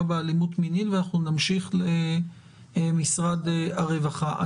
באלימות מינית; ונמשיך לשמוע את נציגי משרד הרווחה בזום.